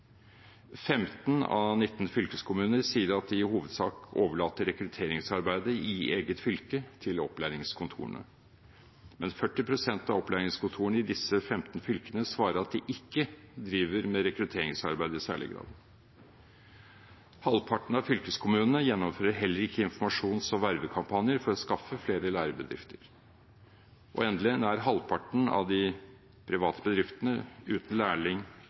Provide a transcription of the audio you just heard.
15 av 19 fylkeskommuner sier at de i hovedsak overlater rekrutteringsarbeidet i eget fylke til opplæringskontorene, men 40 pst. av opplæringskontorene i disse 15 fylkene svarer at de ikke driver med rekrutteringsarbeid i særlig grad. Halvparten av fylkeskommunene gjennomfører heller ikke informasjons- og vervekampanjer for å skaffe flere lærebedrifter. Nær halvparten av de private bedriftene uten lærlingordninger svarer at de sannsynligvis ville tatt inn lærling